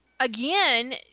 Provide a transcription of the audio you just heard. Again